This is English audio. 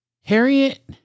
Harriet